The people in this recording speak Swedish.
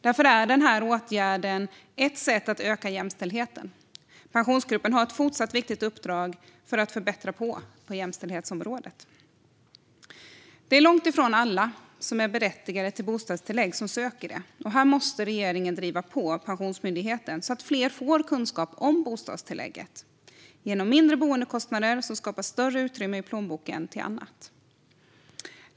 Därför är denna åtgärd ett sätt att öka jämställdheten. Pensionsgruppen har ett fortsatt viktigt uppdrag för att förbättra på jämställdhetsområdet. Det är långt ifrån alla som är berättigade till bostadstillägg som söker det. Här måste regeringen driva på Pensionsmyndigheten så att fler får kunskap om bostadstillägget. Genom mindre boendekostnader skapas större utrymme i plånboken till annat.